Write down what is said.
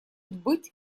быть